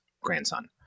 grandson